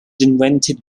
invented